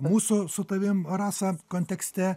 mūsų su tavim rasa kontekste